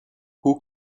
who